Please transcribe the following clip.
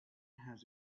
has